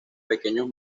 pequeños